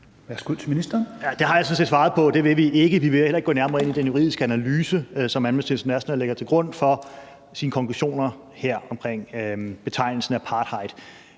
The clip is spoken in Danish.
har jeg sådan set svaret på. Det vil vi ikke. Vi vil heller ikke gå nærmere ind i den juridiske analyse, som Amnesty International lægger til grund for sine konklusioner her omkring betegnelsen apartheid.